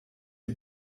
die